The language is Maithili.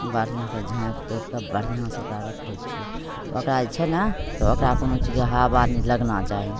बढ़िआँ से झाँपि तोपिके बढ़िआँ से ओकरा रखैत छियै ओकरा जे छै ने तऽ ओकरा कोनो चीजके हबा नहि लगना चाही